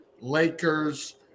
lakers